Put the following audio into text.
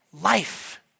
Life